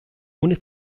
ohne